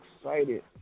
excited